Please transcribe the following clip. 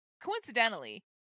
coincidentally